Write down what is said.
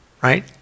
right